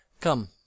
come